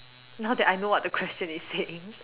now that I know what the question is saying